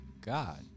God